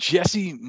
Jesse